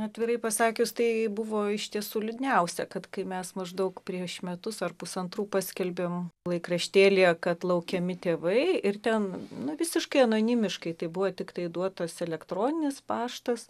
atvirai pasakius tai buvo iš tiesų liūdniausia kad kai mes maždaug prieš metus ar pusantrų paskelbėm laikraštėlyje kad laukiami tėvai ir ten nu visiškai anonimiškai tai buvo tiktai duotas elektroninis paštas